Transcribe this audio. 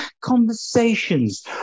conversations